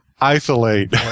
isolate